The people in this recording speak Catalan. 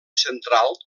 central